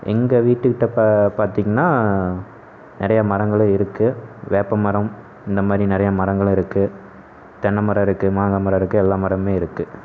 எங்கள் வீட்டு கிட்ட பா பாத்திங்கனா நிறைய மரங்களும் இருக்குது வேப்ப மரம் இந்தமாதிரி நிறைய மரங்களும் இருக்குது தென்னை மரம் இருக்குது மாங்காய் மரம் இருக்குது எல்லா மரம் இருக்குது